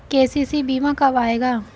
KCC बीमा कब आएगा?